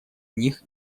них